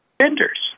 vendors